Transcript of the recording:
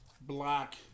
black